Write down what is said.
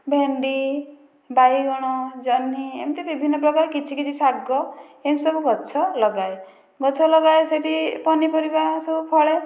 ଭେଣ୍ଡି ବାଇଗଣ ଯହ୍ନି ଏମିତି ବିଭିନ୍ନ ପ୍ରକାର କିଛି କିଛି ଶାଗ ଏମିତି ସବୁ ଗଛ ଲଗାଏ ଗଛ ଲଗାଏ ସେଇଠି ପନିପରିବା ସବୁ ଫଳେ